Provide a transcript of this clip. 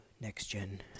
next-gen